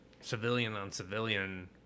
civilian-on-civilian